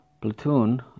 platoon